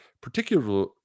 Particularly